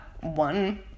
one